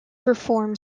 perform